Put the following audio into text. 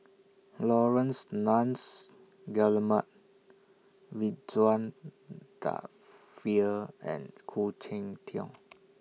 Laurence Nunns Guillemard Ridzwan Dzafir and Khoo Cheng Tiong